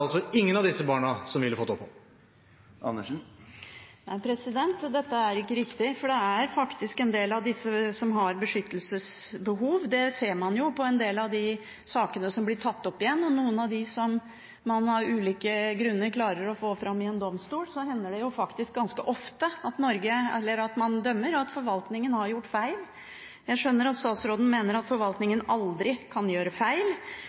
altså ingen av disse barna som ville fått opphold. Dette er ikke riktig, for det er faktisk en del av disse som har beskyttelsesbehov. Det ser man i en del av de sakene som blir tatt opp igjen, og i noen av dem som man av ulike grunner klarer å få fram for en domstol, hender det faktisk ganske ofte at forvaltningen har gjort feil. Jeg skjønner at statsråden mener at forvaltningen aldri kan gjøre feil,